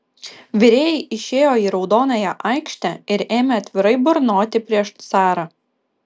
virėjai išėjo į raudonąją aikštę ir ėmė atvirai burnoti prieš carą